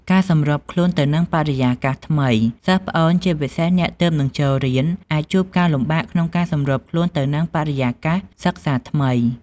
ការសម្របខ្លួនទៅនឹងបរិយាកាសថ្មី សិស្សប្អូន ជាពិសេសអ្នកទើបនឹងចូលរៀន អាចជួបការលំបាកក្នុងការសម្របខ្លួនទៅនឹងបរិយាកាសសិក្សាថ្មី។